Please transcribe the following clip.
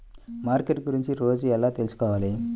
Market గురించి రోజు ఎలా తెలుసుకోవాలి?